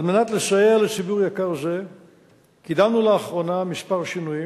על מנת לסייע לציבור יקר זה קידמנו לאחרונה כמה שינויים: